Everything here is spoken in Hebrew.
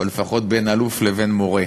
או לפחות בין אלוף לבין מורה,